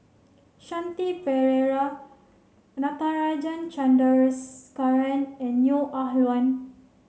Shanti Pereira Natarajan Chandrasekaran and Neo Ah Luan